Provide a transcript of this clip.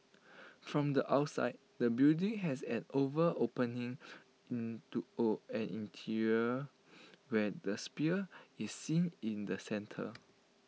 from the outside the building has an oval opening an interior where the sphere is seen in the centre